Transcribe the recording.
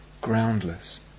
groundless